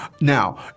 Now